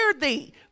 thee